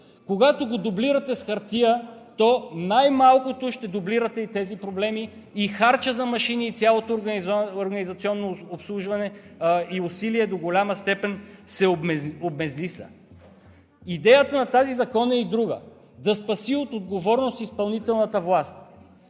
Когато го дублирате с хартия, то най-малкото ще дублирате и тези проблеми, и харчът за машини, и цялото организационно обслужване и усилие до голяма степен се обезсмислят. Идеята на този закон е и друга: да спаси от отговорност изпълнителната власт.